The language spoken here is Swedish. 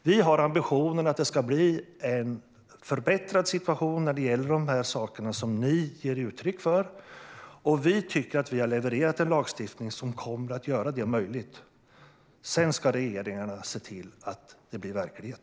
Vi har ambitionen att det ska bli en förbättrad situation vad gäller det som ni ger uttryck för, Yasmine Posio Nilsson, och vi tycker att vi har levererat en lagstiftning som kommer att göra detta möjligt. Sedan ska regeringarna se till att det blir verklighet.